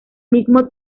mismo